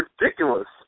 ridiculous